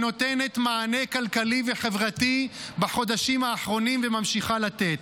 הנותנת מענה כלכלי וחברתי בחודשים האחרונים וממשיכה לתת.